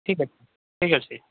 ଠିକ୍ ଅଛି ଠିକ୍ ଅଛି